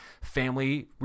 family